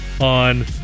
on